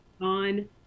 on